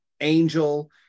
Angel